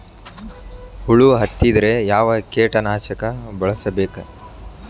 ಹುಳು ಹತ್ತಿದ್ರೆ ಯಾವ ಕೇಟನಾಶಕ ಬಳಸಬೇಕ?